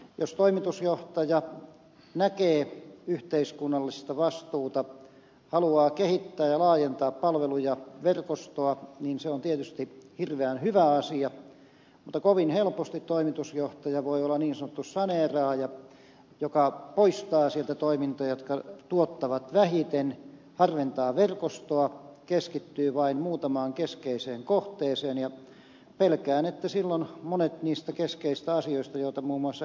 jos toimitusjohtaja näkee yhteiskunnallista vastuuta haluaa kehittää ja laajentaa palveluja verkostoa niin se on tietysti hirveän hyvä asia mutta kovin helposti toimitusjohtaja voi olla niin sanottu saneeraaja joka poistaa sieltä toimintoja jotka tuottavat vähiten harventaa verkostoa keskittyy vain muutamaan keskeiseen kohteeseen ja pelkään että silloin monet niistä keskeisistä asioista joita muun muassa ed